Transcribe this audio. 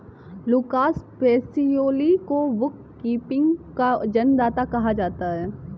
Lucas Pacioli को bookkeeping का जन्मदाता कहा जाता है